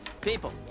People